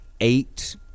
eight